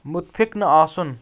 مُتفِف نہٕ آسُن